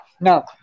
no